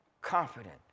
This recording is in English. confident